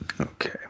Okay